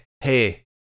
hey